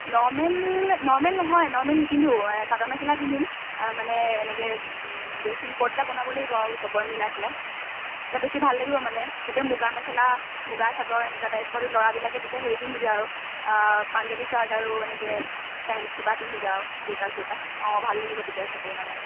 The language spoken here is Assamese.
ন'ৰ্মেল ন'ৰ্মেল নহয় ন'ৰ্মেল নিপিন্ধো চাদৰ মেখেলা পিন্ধিম মানে এনেকৈ ড্ৰেছিং কোট এটা বনাব লাগিব আৰু চবৰে মিলাই পেলাই তেতিয়া বেছি ভাল লাগিব মানে চবে মুগা মেখেলা মুগা চাদৰ এনেকুৱা টাইপ তহঁতি ল'ৰাবিলাকে তেতিয়া হেৰি পিন্ধিবি আৰু পাঞ্জাবী চাৰ্ট আৰু এনেকৈ পেণ্ট কিবা পিন্ধিবি আৰু কুৰ্তা চুৰ্তা অঁ ভাল লাগিব তেতিয়া চবে মানে